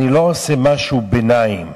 אני לא עושה משהו ביניים,